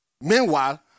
Meanwhile